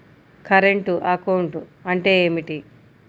Current account అంటే ఏమిటి?